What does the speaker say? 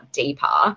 deeper